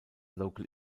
local